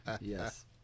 Yes